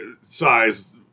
size